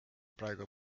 praegu